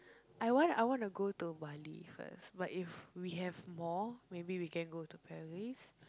I want I want to go to Bali first but if we have more maybe we can go to Paris